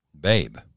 babe